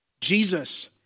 Jesus